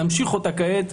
להמשיך אותם כעת,